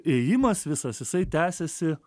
ėjimas visas jisai tęsėsi